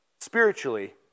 spiritually